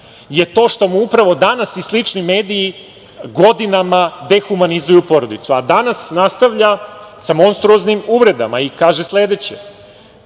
je to što mu upravo „Danas“ i slični mediji godinama dehumanizuju porodicu.„Danas“ nastavlja sa monstruoznim uvredama i kaže sledeće,